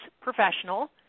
professional